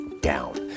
down